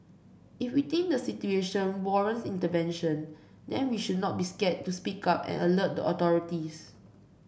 if we think the situation warrants intervention then we should not be scared to speak up and alert the authorities